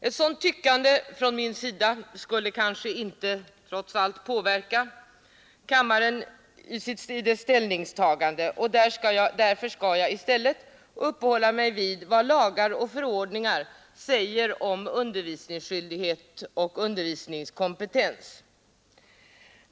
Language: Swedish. Ett sådant tyckande från min sida skulle kanske trots allt inte påverka kammaren i dess ställningstagande, och därför skall jag i stället uppehålla mig vid vad lagar och förordningar säger om undervisningsskyldighet och undervisningskompetens.